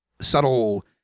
subtle